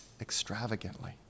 extravagantly